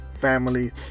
family